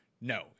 no